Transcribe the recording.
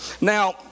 Now